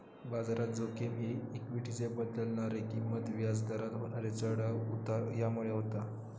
बाजारात जोखिम ही इक्वीटीचे बदलणारे किंमती, व्याज दरात होणारे चढाव उतार ह्यामुळे होता